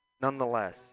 Nonetheless